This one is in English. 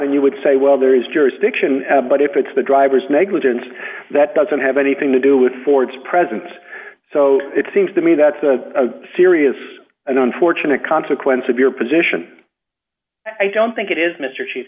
then you would say well there is jurisdiction but if it's the driver's negligence that doesn't have anything to do with ford's presence so it seems to me that's a serious and unfortunate consequence of your position i don't think it is mr chief